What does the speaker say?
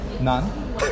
None